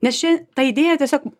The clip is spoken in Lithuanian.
nes čia ta idėja tiesiog